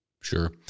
Sure